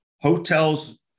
hotels